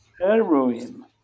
Heroin